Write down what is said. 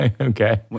Okay